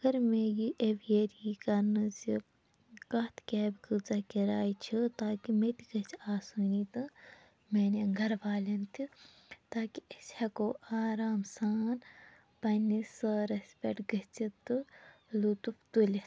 اگر مےٚ یہِ ایٚویر یی کَرنہٕ زِ کَتھ کیبہِ کۭژاہ کِراے چھِ تاکہِ مےٚ تہِ گٔژھہِ آسٲنی تہٕ میٛانیٚن گھر والیٚن تہِ تاکہِ أسۍ ہیٚکو آرام سان پننِس سیرَس پٮ۪ٹھ گٔژھِتھ تہٕ لطف تُلِتھ